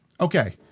Okay